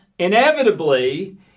inevitably